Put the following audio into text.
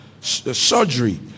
surgery